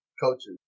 coaches